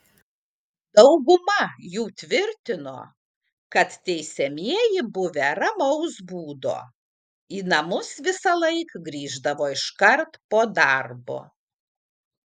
dauguma jų tvirtino kad teisiamieji buvę ramaus būdo į namus visąlaik grįždavo iškart po darbo